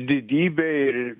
didybė ir